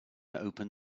open